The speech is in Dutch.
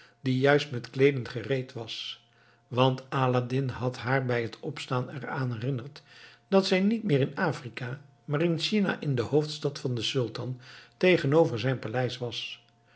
die juist met kleeden gereed was want aladdin had haar bij het opstaan eraan herinnerd dat zij niet meer in afrika maar in china in de hoofdstad van den sultan tegenover zijn paleis was